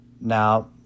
Now